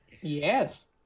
Yes